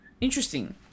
interesting